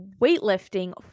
weightlifting